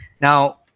Now